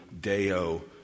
deo